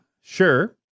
sure